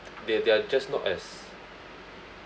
they they're just not as